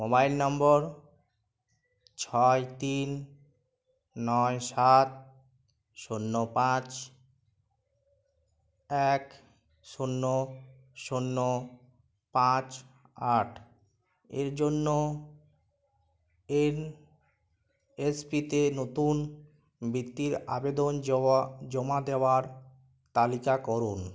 mobile number ছয় তিন নয় সাত শূন্য পাঁচ এক শূন্য শূন্য পাঁচ আট এর জন্য এন এস পিতে নতুন বৃত্তির আবেদন জওয়া জমা দেওয়ার তালিকা করুন